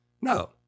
No